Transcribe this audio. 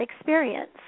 experience